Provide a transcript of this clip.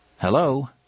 hello